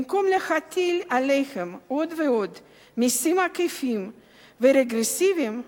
במקום להטיל עליהם עוד ועוד מסים עקיפים ורגרסיביים,